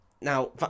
Now